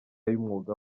y’umwuga